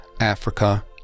Africa